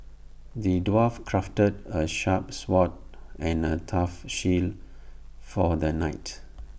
the dwarf crafted A sharp sword and A tough shield for the knight